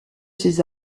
ces